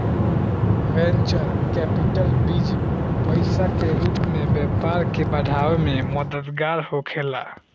venture capital बीज पईसा के रूप में व्यापार के बढ़ावे में मददगार होखेला